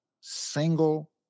single